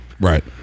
right